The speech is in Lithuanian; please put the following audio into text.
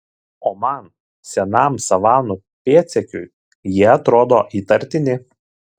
o man senam savanų pėdsekiui jie atrodo įtartini